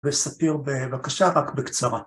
וספיר בבקשה רק בקצרה.